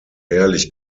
ehrlich